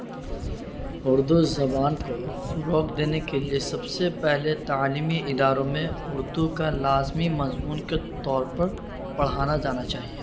اردو زبان کو فروغ دینے کے لیے سب سے پہلے تعلیمی اداروں میں اردو کا لازمی مضمون کے طور پر پڑھانا جانا چاہیے